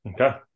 Okay